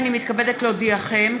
הינני מתכבדת להודיעכם,